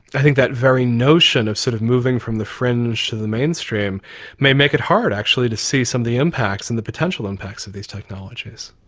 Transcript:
i think that very notion of sort of moving from the fringe to the mainstream may make it hard, actually, to see some of the impacts and the potential impacts of these technologies.